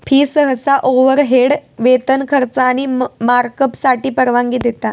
fee सहसा overhead, वेतन, खर्च आणि मार्कअपसाठी परवानगी देता